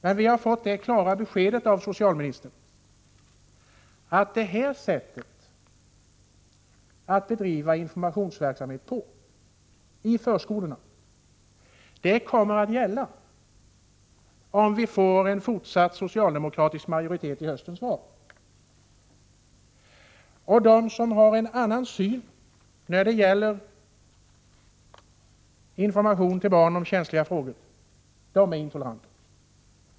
Men vi har fått det klara beskedet av socialministern att det här sättet att bedriva informationsverksamhet i förskolorna kommer att gälla om vi får en fortsatt socialdemokratisk majoritet i höstens val. De som har en annan syn när det gäller information till barn om känsliga frågor, de är intoleranta.